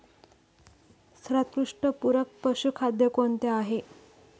सर्वोत्कृष्ट पूरक पशुखाद्य कोणते आहे?